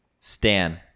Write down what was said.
Stan